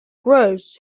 gross